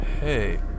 Hey